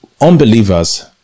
unbelievers